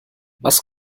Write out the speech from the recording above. was